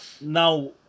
now